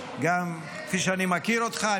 וכפי שאני מכיר אותך,